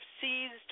seized